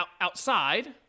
outside